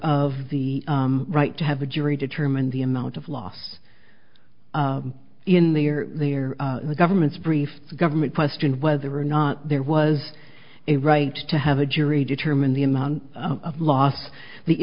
of the right to have a jury determine the amount of loss in the or the or the government's brief government question whether or not there was a right to have a jury determine the amount of loss the